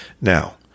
Now